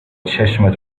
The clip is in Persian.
چشمت